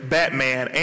Batman